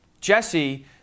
Jesse